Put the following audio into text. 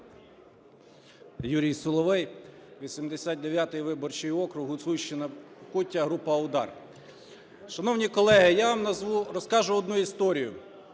Юрій Соловей, 89-й виборчий округ, Гуцульщина, Покуття, група "Удар". Шановні колеги, я вам назву, розкажу одну історію.